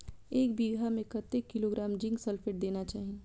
एक बिघा में कतेक किलोग्राम जिंक सल्फेट देना चाही?